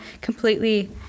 completely